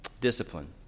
discipline